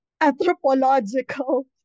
anthropological